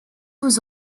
vous